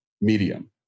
medium